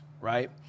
right